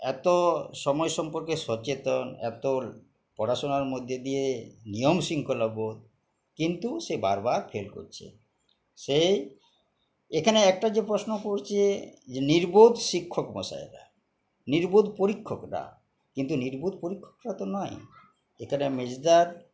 এতো সময় সম্পর্কে সচেতন এতো পড়াশোনার মধ্যে দিয়ে নিয়ম শৃঙ্খলাবোধ কিন্তু সে বারবার ফেল করছে সে এখানে একটা যে প্রশ্ন করছে যে নির্বোধ শিক্ষক মশাইরা নির্বোধ পরীক্ষকরা কিন্তু নির্বোধ পরীক্ষকরা তো নয় এখানে মেজদার